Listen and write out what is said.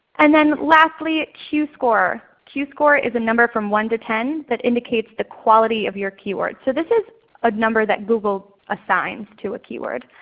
and then lastly, q score, q score is a number from one to ten that indicates the quality of your keyword. so this is a number that google assigns to a keyword.